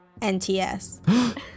NTS